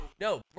No